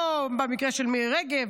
לא במקרה של מירי רגב,